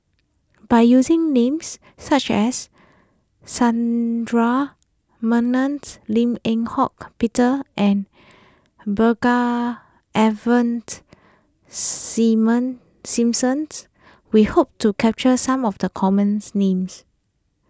by using names such as Menon Lim Eng Hock Peter and Brigadier Ivan Simon Simson we hope to capture some of the commons names